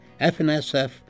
FNSF